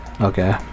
Okay